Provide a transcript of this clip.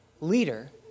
leader